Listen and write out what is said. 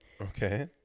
Okay